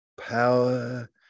Power